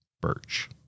Birch